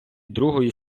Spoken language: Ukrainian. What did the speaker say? другої